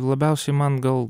labiausiai man gal